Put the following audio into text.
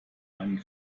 einen